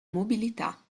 mobilità